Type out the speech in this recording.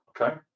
okay